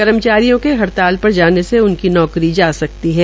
कर्मचारियों के हड़ताल पर जाने से उनकी नौकरी जा सकती है